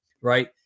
Right